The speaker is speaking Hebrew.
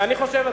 ואני חושב,